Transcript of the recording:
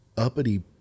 Uppity